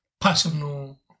personal